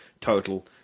total